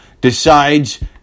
decides